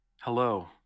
Hello